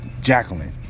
Jacqueline